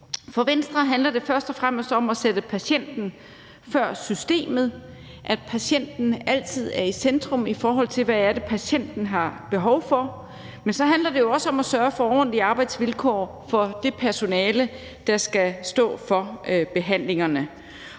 For Venstre handler det først og fremmest om at sætte patienten før systemet, altså at patienten altid er i centrum, i forhold til hvad det er, patienten har behov for. Men det handler det også om at sørge for ordentlige arbejdsvilkår for det personale, der skal stå for behandlingerne,